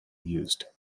used